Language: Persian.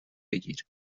بگیر